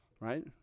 right